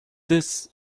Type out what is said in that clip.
this